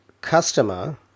customer